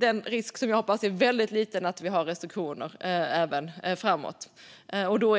en risk, som vi hoppas är liten, för restriktioner även framåt i tiden.